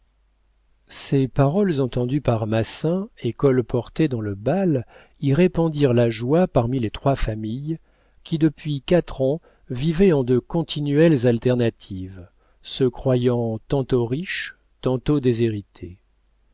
ces paroles entendues par massin et colportées dans le bal y répandirent la joie parmi les trois familles qui depuis quatre ans vivaient en de continuelles alternatives se croyant tantôt riches tantôt déshéritées